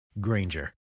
Granger